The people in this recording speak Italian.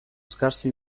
scarso